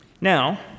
Now